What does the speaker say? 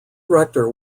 rector